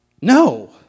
No